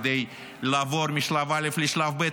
כדי לעבור משלב א' לשלב ב',